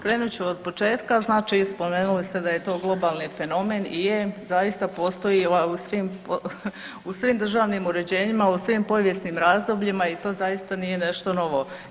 krenut ću od početka znači spomenuli ste da je to globalni fenomen, i je, zaista postoji …/nerazumljivo/… u svim, u svim državnim uređenjima, u svim povijesnim razdobljima i to zaista nije nešto novo.